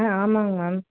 ஆ ஆமாங்க மேம்